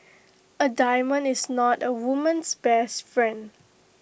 A diamond is not A woman's best friend